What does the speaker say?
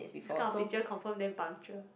this kind of teacher confirm damn punctual